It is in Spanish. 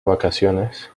vacaciones